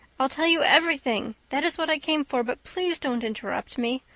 i'll tell you everything. that is what i came for but please don't interrupt me.